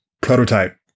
prototype